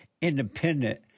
independent